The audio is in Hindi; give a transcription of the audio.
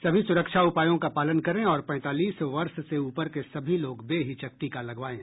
सभी सुरक्षा उपायों का पालन करें और पैंतालीस वर्ष से ऊपर के सभी लोग बेहिचक टीका लगवाएं